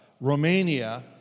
Romania